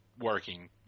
working